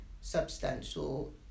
substantial